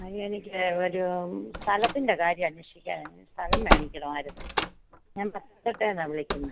ആ എനിക്ക് ഒരു സ്ഥലത്തിൻ്റെ കാര്യം അന്വേഷിക്കാനാണ് സ്ഥലം വേടിക്കണവായിരുന്നേ ഞാൻ പത്തനംതിട്ടയിൽനിന്നാ വിളിക്കുന്നത്